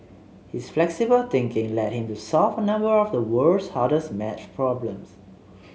his flexible thinking led him to solve a number of the world's hardest maths problems